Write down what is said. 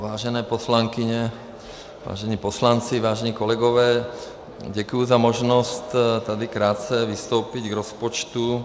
Vážené poslankyně, vážení poslanci, vážení kolegové, děkuji za možnost tady krátce vystoupit k rozpočtu.